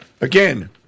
Again